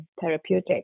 therapeutic